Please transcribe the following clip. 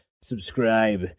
subscribe